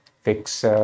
fix